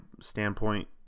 standpoint